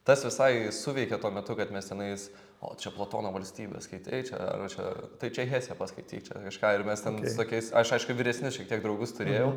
tas visai suveikė tuo metu kad mes tenais o čia platono valstybė skaitei čia o čia tai čia hesę paskaityk čia kažką ir mes ten su tokiais aš aišku vyresnius šiek tiek draugus turėjau